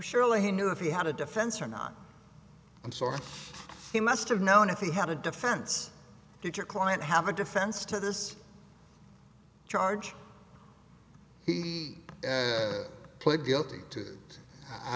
surely he knew if he had a defense or not i'm sorry he must have known if he had a defense your client have a defense to this charge he pled guilty to i